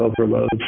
overload